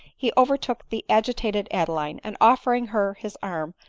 he overtook the agitated ade line and, offering her his arm,